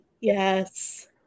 Yes